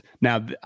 Now